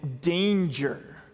danger